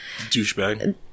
douchebag